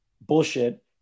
bullshit